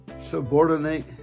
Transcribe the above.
subordinate